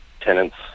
tenants